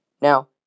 Now